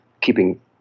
keeping